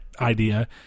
idea